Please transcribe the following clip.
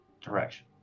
Direction